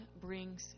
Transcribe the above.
brings